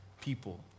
people